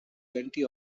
plenty